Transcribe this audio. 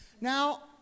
Now